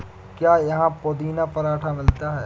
क्या यहाँ पुदीना पराठा मिलता है?